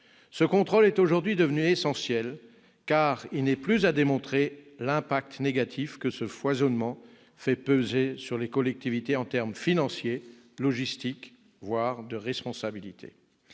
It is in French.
Ce contrôle est aujourd'hui devenu essentiel, car il n'est plus à démontrer l'impact négatif que le foisonnement normatif fait peser sur les collectivités en termes financiers, logistiques, voire en termes de responsabilité.